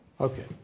Okay